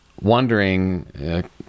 wondering